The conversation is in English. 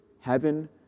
heaven